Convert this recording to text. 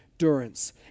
endurance